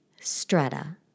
strata